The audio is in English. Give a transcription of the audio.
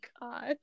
God